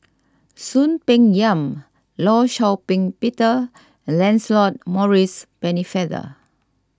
Soon Peng Yam Law Shau Ping Peter and Lancelot Maurice Pennefather